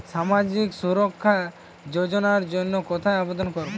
সামাজিক সুরক্ষা যোজনার জন্য কোথায় আবেদন করব?